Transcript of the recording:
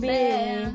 Baby